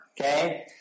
okay